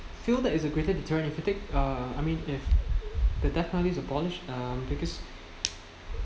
feel that it's a greater deterrent if you take uh I mean if the definitely abolished uh because